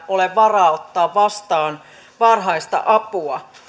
ole varaa ottaa vastaan varhaista apua